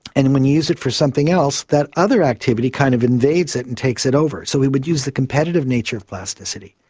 and and when you use it for something else, that other activity kind of invades it and takes it over. so we would use the competitive nature of plasticity.